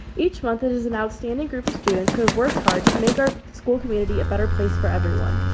each month and as an outstanding group of students who have worked hard to make our school community a better place for everyone.